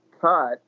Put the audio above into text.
cut